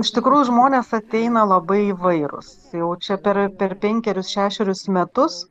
iš tikrųjų žmonės ateina labai įvairūs jau čia per per penkerius šešerius metus